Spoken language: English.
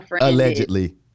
allegedly